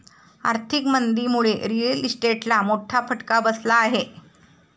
आर्थिक मंदीमुळे रिअल इस्टेटला मोठा फटका बसला आहे